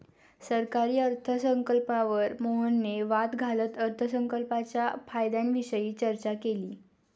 सरकारी अर्थसंकल्पावर मोहनने वाद घालत अर्थसंकल्पाच्या फायद्यांविषयी चर्चा केली